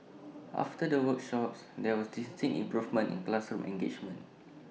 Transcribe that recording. after the workshops there was distinct improvement in classroom engagement